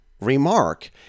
remark